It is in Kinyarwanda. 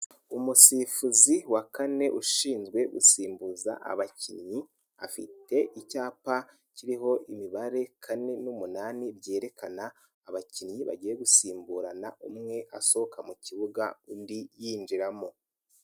Umusifuzi wa kane ushinzwe gusimbuza abakinnyi, afite icyapa kiriho imibare kane n'umunani, byerekana abakinnyi bagiye gusimburana, umwe asohoka mu kibuga, undi yinjiramo.